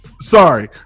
Sorry